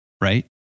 right